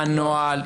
מה הנוהל?